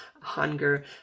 hunger